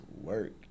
work